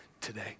today